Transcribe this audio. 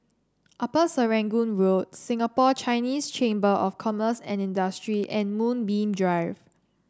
Upper Serangoon Road Singapore Chinese Chamber of Commerce and Industry and Moonbeam Drive